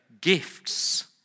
gifts